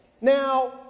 Now